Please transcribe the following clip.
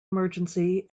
emergency